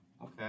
Okay